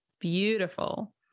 beautiful